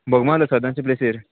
बोगमालो सदांचे प्लेसीर